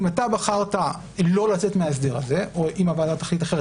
אם אתה בחרת לא לצאת מההסדר הזה או אם הוועדה תחליט אחרת,